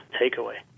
takeaway